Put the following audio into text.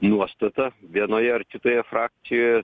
nuostata vienoje ar kitoje frakcijoje